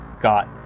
got